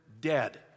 dead